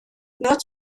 нууц